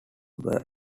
were